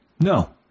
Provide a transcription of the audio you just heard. No